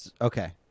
Okay